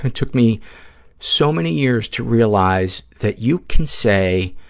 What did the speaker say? and took me so many years to realize that you can say,